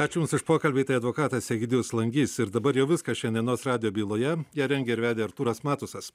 ačiū už jums už pokalbį tai advokatas egidijus langys ir dabar jau viskas šiandienos radijo byloje ją rengė ir vedė artūras matusas